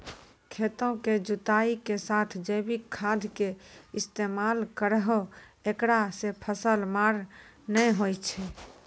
खेतों के जुताई के साथ जैविक खाद के इस्तेमाल करहो ऐकरा से फसल मार नैय होय छै?